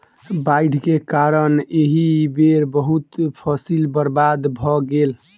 बाइढ़ के कारण एहि बेर बहुत फसील बर्बाद भअ गेल